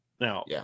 Now